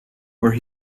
where